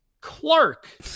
Clark